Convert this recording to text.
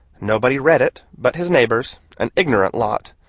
nobody read it but his neighbors, an ignorant lot,